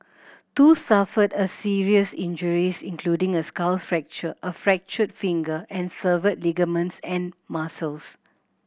two suffered a serious injuries including a skull fracture a fractured finger and severed ligaments and muscles